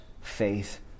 faith